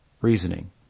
reasoning